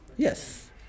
Yes